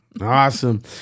Awesome